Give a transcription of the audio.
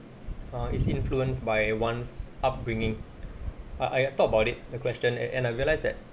uh is influenced by one's upbringing I I thought about it the question and and I realise that